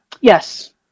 yes